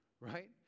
right